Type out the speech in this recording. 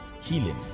healing